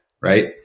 right